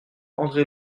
andré